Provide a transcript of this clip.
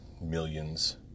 millions